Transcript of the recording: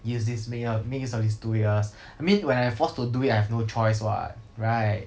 use this make err make use of these two years I mean when I forced to do it I have no choice what right